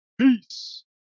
Peace